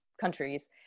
countries